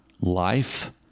life